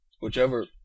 whichever